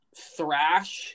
Thrash